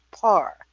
par